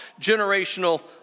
generational